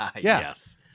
yes